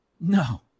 no